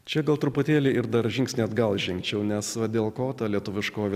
čia gal truputėlį ir dar žingsnį atgal žengčiau nes va dėl ko ta lietuviškoji